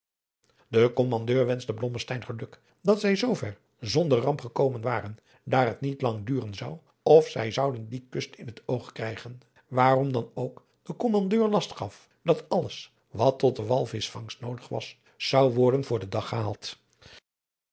de kommandeur wenschte blommesteyn geluk dat zij zoover zonder ramp gekomen waren daar het niet lang duren zou of zij zouden die kust in het oog krijgen waarom dan ook de kommandeur last gaf dat alles wat tot de walvischvangst noodig was zou worden voor den dag gehaald